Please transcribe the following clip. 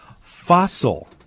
fossil